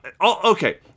Okay